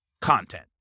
content